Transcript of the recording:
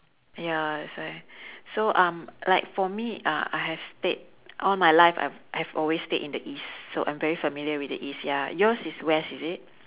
ya that's why so um like for me uh I have stayed all my life I've I have always stayed in the east so I'm very familiar with the east ya yours is west is it